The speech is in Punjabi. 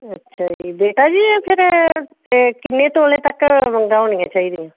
ਅੱਛਾ ਜੀ ਬੇਟਾ ਜੀ ਇਹ ਫਿਰ ਕਿੰਨੇ ਤੋਲੇ ਤੱਕ ਵੰਗਾਂ ਹੋਣੀਆਂ ਚਾਹੀਦੀਆਂ